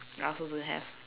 I also don't have